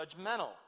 judgmental